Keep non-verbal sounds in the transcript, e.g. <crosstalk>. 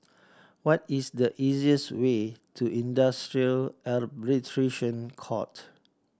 what is the easiest way to Industrial <unintelligible> Court